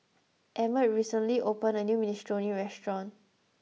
Emmett recently opened a new Minestrone restaurant